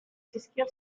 zizkion